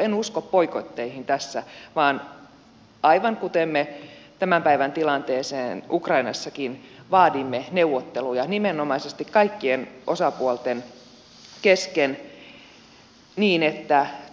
en usko boikotteihin tässä vaan aivan kuten me tämän päivän tilanteeseen ukrainassakin vaadimme neuvotteluja nimenomaisesti kaikkien osapuolten kesken samoin